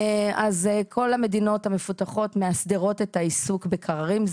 אז כל המדינות המפותחות מאסדרות את העיסוק בקררים.